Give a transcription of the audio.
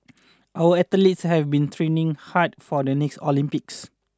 our athletes have been training hard for the next Olympics